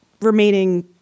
Remaining